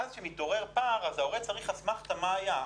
ואז כשמתעורר פער ההורה צריך אסמכתה מה היה.